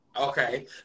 Okay